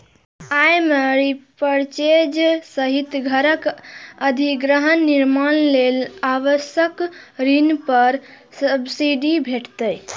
अय मे रीपरचेज सहित घरक अधिग्रहण, निर्माण लेल आवास ऋण पर सब्सिडी भेटै छै